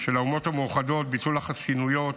של האומות המאוחדות (ביטול החסינויות